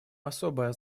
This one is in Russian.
особое